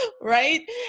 right